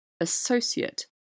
associate